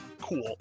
Cool